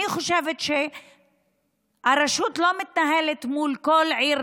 אני חושבת שהרשות לא מתנהלת מול כל עיר